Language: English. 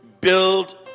build